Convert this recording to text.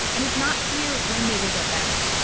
and it's not clear when they will get better.